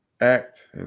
Act